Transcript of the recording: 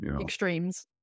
Extremes